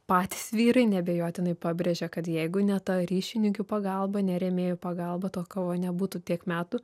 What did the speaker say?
patys vyrai neabejotinai pabrėžia kad jeigu ne ta ryšininkių pagalba ne rėmėjų pagalba ta kova nebūtų tiek metų